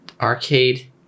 arcade